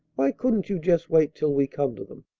why couldn't you just wait till we come to them?